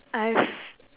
I have